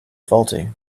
faulty